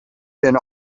been